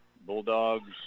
Bulldogs